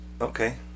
Okay